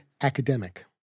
academic